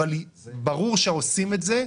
אבל ברור שעושים את זה,